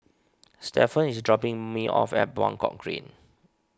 Stephan is dropping me off at Buangkok Green